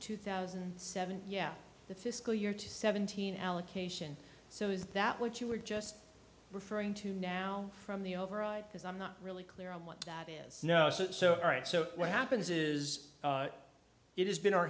two thousand and seven yeah the fiscal year to seventeen allocation so is that what you were just referring to now from the override because i'm not really clear on what that is no is that so right so what happens is it has been our